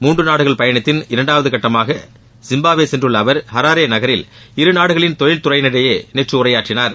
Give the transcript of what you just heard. மூன்று நாடுகள் பயணத்தின் இரண்டாவது கட்டமாக ஜிம்பாப்வே சென்றுள்ள அவர் அராரே நகரில் இருநாடுகளின் தொழில் துறையினரிடையே நேற்று உரையாற்றினார்